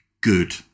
good